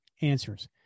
answers